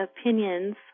opinions